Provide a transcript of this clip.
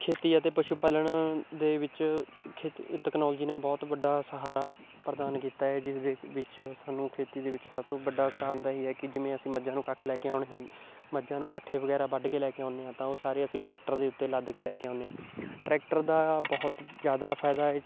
ਖੇਤੀ ਅਤੇ ਪਸ਼ੂ ਪਾਲਣ ਦੇ ਵਿੱਚ ਖੇਤੀ ਟੈਕਨੋਲੋਜੀ ਨੇ ਬਹੁਤ ਵੱਡਾ ਸਹਾਰਾ ਪ੍ਰਦਾਨ ਕੀਤਾ ਹੈ ਜਿਸਦੇ ਵਿੱਚ ਸਾਨੂੰ ਖੇਤੀ ਦੇ ਵਿੱਚ ਸਭ ਤੋਂ ਵੱਡਾ ਕਾਰਨ ਤਾਂ ਇਹੀ ਹੈ ਕਿ ਜਿਵੇਂ ਅਸੀਂ ਮੱਝਾਂ ਨੂੰ ਕੱਖ ਲੈ ਕੇ ਆਉਣੇ ਹੋਣ ਮੱਝਾਂ ਨੂੰ ਪੱਠੇ ਵਗੈਰਾ ਵੱਢ ਕੇ ਲੈ ਕੇ ਆਉਂਦੇ ਹਾਂ ਤਾਂ ਉਹ ਸਾਰੇ ਅਸੀਂ ਟਰੈਕਟਰ ਦੇ ਉੱਤੇ ਲੱਦ ਕੇ ਲੈ ਕੇ ਆਉਂਦੇ ਹਾਂ ਟਰੈਕਟਰ ਦਾ ਬਹੁਤ ਜ਼ਿਆਦਾ ਫਾਇਦਾ ਏ